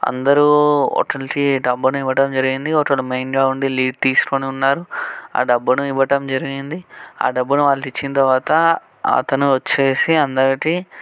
అందరూ ఒకళ్ళకి డబ్బును ఇవ్వడం జరిగింది ఒకరు మెయిన్గా ఉండి లీడ్ తీసుకొని ఉన్నారు ఆ డబ్బును ఇవ్వడం జరిగింది ఆ డబ్బుని వాళ్ళకి ఇచ్చిన తరువాత అతను వచ్చేసి అందరికి